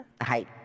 Hi